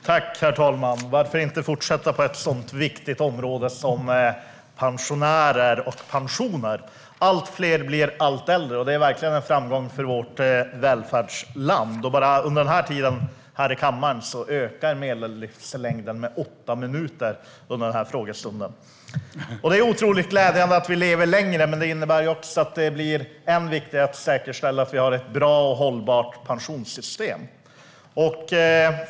Herr talman! Varför inte fortsätta på ett så viktigt område som pensioner och pensionärer? Allt fler blir allt äldre, och det är verkligen en framgång för vårt välfärdsland. Bara medan vi står här i kammaren under denna frågestund ökar medellivslängden med åtta minuter. Det är otroligt glädjande att vi lever längre, men det innebär också att det blir ännu viktigare att säkerställa att vi har ett bra och hållbart pensionssystem.